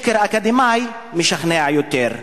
שקר אקדמי משכנע יותר.